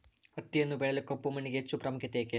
ಹತ್ತಿಯನ್ನು ಬೆಳೆಯಲು ಕಪ್ಪು ಮಣ್ಣಿಗೆ ಹೆಚ್ಚು ಪ್ರಾಮುಖ್ಯತೆ ಏಕೆ?